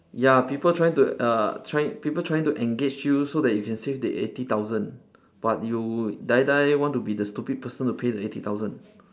ya people trying to uh trying people trying to engage you so that you can save the eighty thousand but you die die want to be the stupid person to pay the eighty thousand